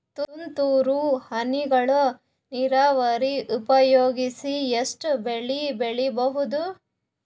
ತುಂತುರು ಹನಿಗಳ ನೀರಾವರಿ ಉಪಯೋಗಿಸಿ ಎಷ್ಟು ಬೆಳಿ ಬೆಳಿಬಹುದು?